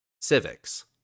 civics